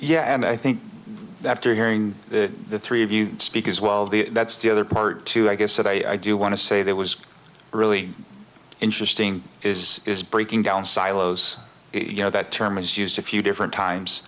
yeah and i think that after hearing the three of you speak as well the that's the other part too i guess that i do want to say that was really interesting is is breaking down silos you know that term is used a few different times